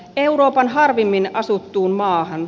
euroopan harvimmin asuttuun maahan